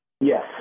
Yes